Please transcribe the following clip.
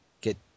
get